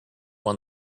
when